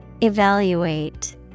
Evaluate